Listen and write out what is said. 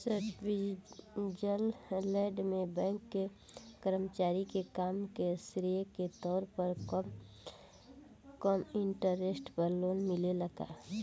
Switzerland में bank के कर्मचारी के काम के श्रेय के तौर पर कम इंटरेस्ट पर लोन मिलेला का?